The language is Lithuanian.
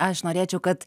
aš norėčiau kad